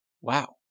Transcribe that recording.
wow